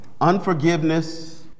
Unforgiveness